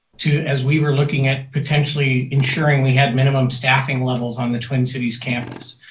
to as we were looking at potentially ensuring we had minimum staffing levels on the twin cities campus.